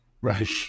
Right